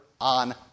on